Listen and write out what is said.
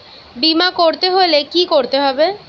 বিমা করতে হলে কি করতে হবে?